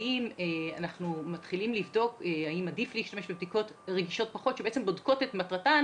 האם עדיף להשתמש בבדיקות רגישות פחות שבודקות את מטרתן